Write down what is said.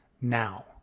now